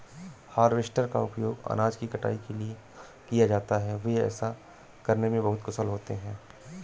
harvester का उपयोग अनाज की कटाई के लिए किया जाता है, वे ऐसा करने में बहुत कुशल होते हैं